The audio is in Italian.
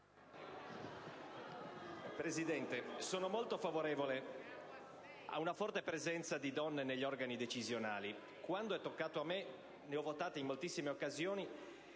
Presidente, sono molto favorevole ad una forte presenza di donne negli organi decisionali. Quando ne ho avuto modo, le ho votate in moltissime occasioni,